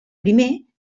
primer